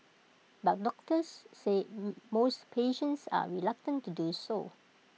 but doctors say most patients are reluctant to do so